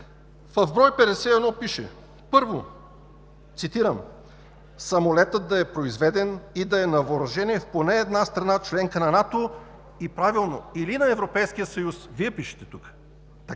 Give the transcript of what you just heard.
В брой 51 пише, цитирам: „Първо, самолетът да е произведен и да е на въоръжение в поне една страна – членка на НАТО,“ и правилно, „или на Европейския съюз“, Вие пишете тук.